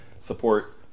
support